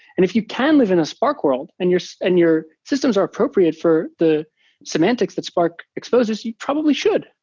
if you can live in a spark world and your and your systems are appropriate for the semantics that spark exposes, you probably should.